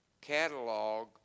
catalog